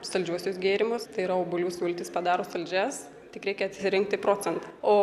saldžiuosius gėrimus tai yra obuolių sultis padaro saldžias tik reikia atsirinkti procentą o